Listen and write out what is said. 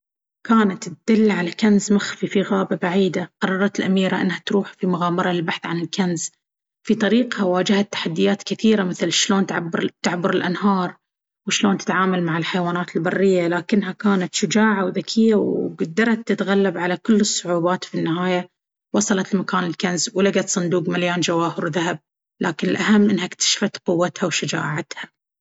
كانت تدل على كنز مخفي في غابة بعيدة. قررت الأميرة إنها تروح في مغامرة للبحث عن الكنز. في طريقها، واجهت تحديات كثيرة، مثل شلون تعبّر-تعبر الأنهار وشلون تتعامل مع الحيوانات البرية. لكنها كانت شجاعة وذكية، واقدرت تتغلب على كل الصعوبات. في النهاية، وصلت لمكان الكنز ولقت صندوق مليان جواهر وذهب، لكن الأهم إنها اكتشفت قوتها وشجاعتها.